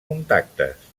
contactes